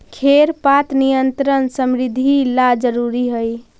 खेर पात नियंत्रण समृद्धि ला जरूरी हई